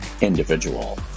individual